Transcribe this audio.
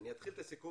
אתחיל את הסיכום